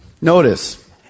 Notice